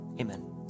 amen